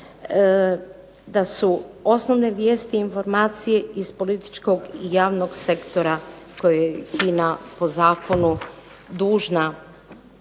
da su osnovne vijesti i informacije iz političkog i javnog sektora koje je HINA po zakonu dužna